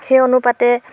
সেই অনুপাতে